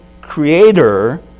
creator